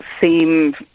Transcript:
seem